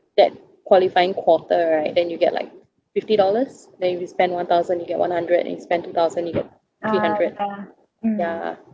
that qualifying quarter right then you get like fifty dollars then if you spend one thousand you get one hundred and spend two thousand you get three hundred ya